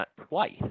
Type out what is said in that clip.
Twice